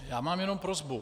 Já mám jenom prosbu.